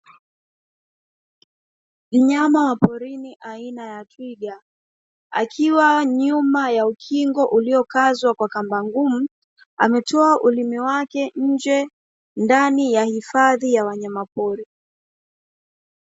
Mnyama wa porini aina ya twiga akiwa nyuma ya ukingo uliokazwa kwa kamba ngumu, ametoa ulimi wake nje ndani ya hifadhi ya wanyama pori.